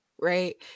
right